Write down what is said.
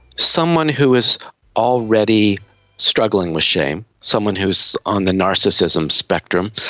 someone who is already struggling with shame, someone who is on the narcissism spectrum,